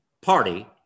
party